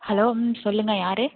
hello ம் சொல்லுங்க யார்